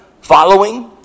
following